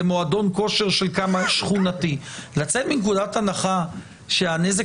זה מועדון כושר שכונתי לצאת מנקודת הנחה שהנזק